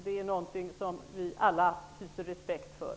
Det är något som vi alla hyser respekt för.